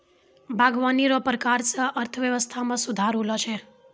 बागवानी रो प्रकार से अर्थव्यबस्था मे सुधार होलो छै